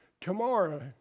Tomorrow